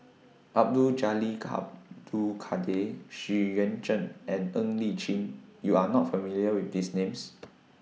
Abdul Jalil Abdul Kadir Xu Yuan Zhen and Ng Li Chin YOU Are not familiar with These Names